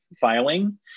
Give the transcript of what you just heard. filing